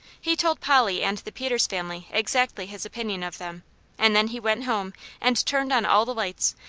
he told polly and the peters family exactly his opinion of them and then he went home and turned on all the lights,